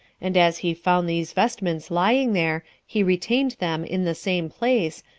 and as he found these vestments lying there, he retained them in the same place,